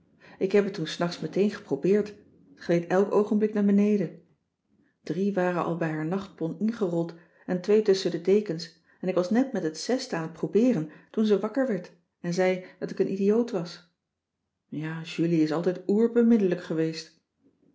ik heb t toen s nachts meteen geprobeerd t gleed elk oogenblik naar beneden drie waren al bij haar nachtpon ingerold en twee tusschen de dekens en ik was net met het zesde aan t probeeren toen ze wakker werd en zei dat ik een idioot was ja julie is altijd oer beminnelijk geweest